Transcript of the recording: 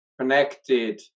connected